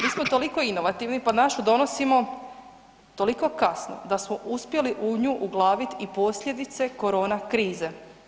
Mi smo toliko inovativni, pa našu donosimo toliko kasno da smo uspjeli u nju uglaviti i posljedice corona krize.